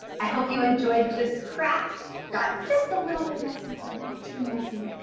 i hope you enjoyed this craft. got just a little bit messy, but not too messy.